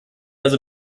also